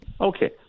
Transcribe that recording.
Okay